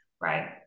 right